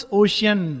ocean